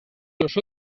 los